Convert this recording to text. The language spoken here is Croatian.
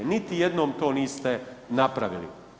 Niti jednom to niste napravili.